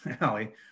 Allie